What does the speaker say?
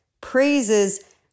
praises